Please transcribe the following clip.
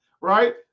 right